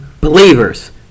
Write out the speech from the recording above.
believers